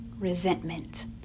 Resentment